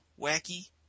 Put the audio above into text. wacky